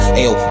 ayo